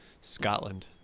Scotland